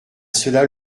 cela